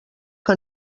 que